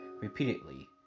repeatedly